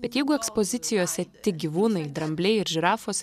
bet jeigu ekspozicijose tik gyvūnai drambliai ir žirafos